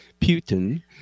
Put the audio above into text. Putin